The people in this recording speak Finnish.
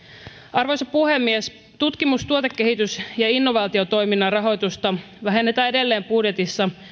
arvoisa puhemies tutkimus tuotekehitys ja innovaatiotoiminnan rahoitusta vähennetään edelleen budjetissa